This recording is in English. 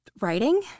writing